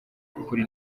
kuri